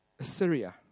Assyria